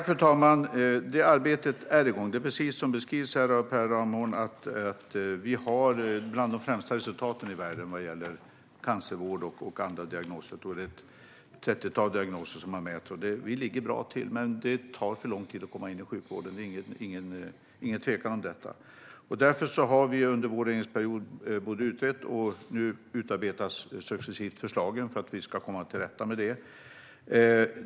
Fru talman! Arbetet är igång. Precis som Per Ramhorn beskriver har vi bland de främsta resultaten i världen när det gäller cancervård och andra diagnoser. Jag tror att man mäter ett trettiotal diagnoser. Vi ligger bra till, men det tar för lång tid att komma in i sjukvården. Det råder inga tvivel om det. Därför har vi under vår regeringsperiod utrett detta, och nu utarbetas successivt förslagen för att vi ska komma till rätta med det hela.